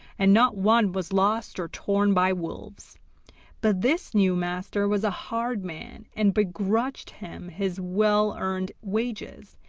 and not one was lost or torn by wolves but this new master was a hard man, and begrudged him his well-earned wages.